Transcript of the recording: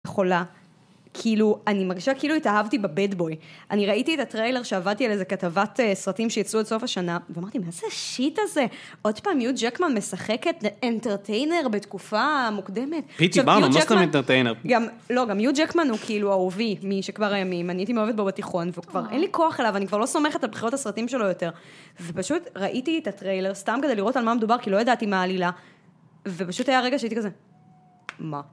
חולה, כאילו, אני מרגישה כאילו התאהבתי בבדבוי. אני ראיתי את הטריילר שעבדתי על איזה כתבת סרטים שיצאו עד סוף השנה, ואמרתי, מה זה השיט הזה? עוד פעם, יו ג'קמן משחק את האנטרטיינר בתקופה מוקדמת. פיטי בר, לא סתם אנטרטיינר. גם, לא, גם יו ג'קמן הוא כאילו אהובי משכבר הימים, אני הייתי מאוהבת בו בתיכון, וכבר אין לי כוח אליו, אני כבר לא סומכת על בחירות הסרטים שלו יותר. ופשוט ראיתי את הטריילר סתם כדי לראות על מה מדובר, כי לא ידעתי מה העלילה, ופשוט היה רגע שהייתי כזה, מה?!